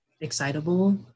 excitable